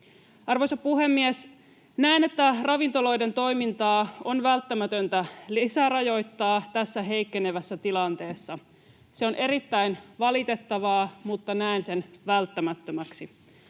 Arvoisa puhemies! Näen, että ravintoloiden toimintaa on välttämätöntä lisärajoittaa tässä heikkenevässä tilanteessa. Se on erittäin valitettavaa, mutta näen sen välttämättömäksi.